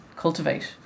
Cultivate